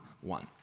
one